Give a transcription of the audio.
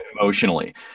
emotionally